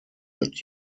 that